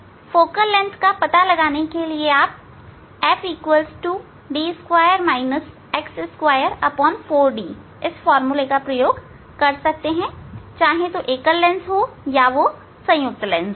आप फोकल लंबाई का पता लगाने के लिए f D2 x24Dका प्रयोग कर सकते हैं चाहे एकल लेंस हो या संयुक्त लेंस